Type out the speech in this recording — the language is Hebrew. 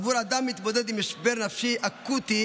אין כל מענה עבור אדם המתמודד עם משבר נפשי אקוטי